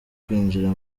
kwinjira